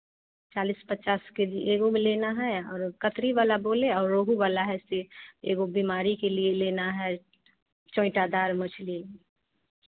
चालीस पचास K G एगो वह लेना है और कतरी वाला बोले और रोहू वाला है ऐसे एगो बीमारी के लिए लेना है चेंवटादार मछली